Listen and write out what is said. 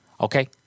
okay